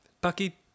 Bucky